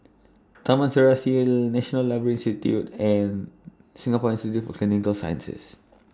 Taman Serasi National Library Institute and Singapore Institute For Clinical Sciences